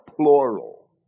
plural